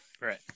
Right